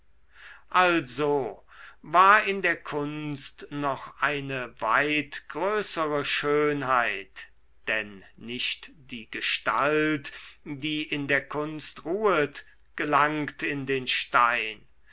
also war in der kunst noch eine weit größere schönheit denn nicht die gestalt die in der kunst ruhet gelangt in den stein